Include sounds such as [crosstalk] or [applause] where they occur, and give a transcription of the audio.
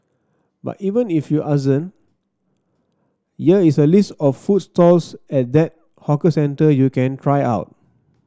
but even if you [unintelligible] year is a list of food stalls at that hawker centre you can try out